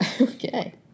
Okay